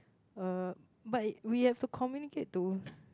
uh but we have to communicate to